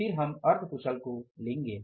फिर हम अर्ध कुशल को लेंगे